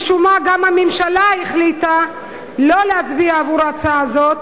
משום מה גם הממשלה החליטה לא להצביע עבור ההצעה הזאת.